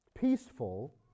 peaceful